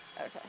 Okay